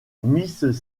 miss